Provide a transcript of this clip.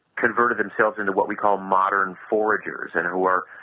converted themselves into what we call modern foragers and who are,